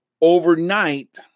overnight